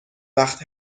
وقت